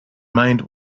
mind